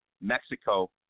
Mexico